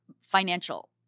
financial